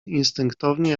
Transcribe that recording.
instynktownie